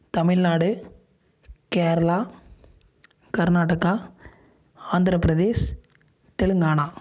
Tamil Nadu Kerala Karnataka Andhra Pradesh Telangana